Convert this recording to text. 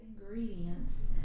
ingredients